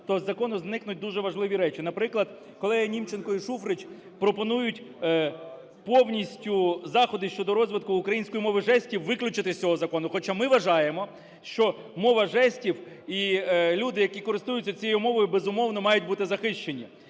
то з закону зникнуть дуже важливі речі. Наприклад, колеги Німченко і Шуфрич пропонують повністю заходи щодо розвитку української мови жестів виключити з цього закону, хоча ми вважаємо, що мова жестів і люди, які користуються цією мовою, безумовно, мають бути захищені.